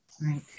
Right